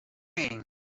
going